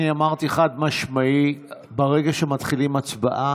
אני אמרתי חד-משמעי: ברגע שמתחילים הצבעה,